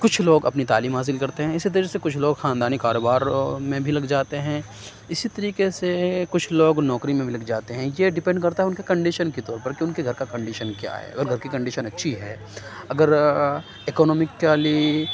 کچھ لوگ اپنی تعلیم حاصل کرتے ہیں اِسی طرح سے کچھ لوگ خاندانی کاروبار میں بھی لگ جاتے ہیں اِسی طریقے سے کچھ لوگ نوکری میں بھی لگ جاتے ہیں یہ ڈپینڈ کرتا ہے اُن کے کنڈیشن کی طور پر کہ اُن کے گھر کا کنڈیشن کیا ہے اگر گھر کی کنڈیشن اچھی ہے اگر اکنامکلی